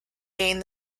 gained